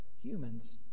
humans